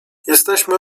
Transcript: jesteśmy